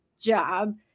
job